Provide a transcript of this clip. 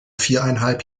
viereinhalb